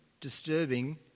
disturbing